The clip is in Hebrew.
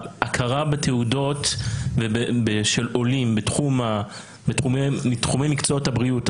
הכרה בתעודות של עולים בתחומי מקצועות הבריאות,